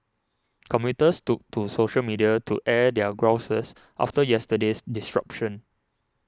commuters took to social media to air their grouses after yesterday's disruption